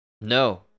No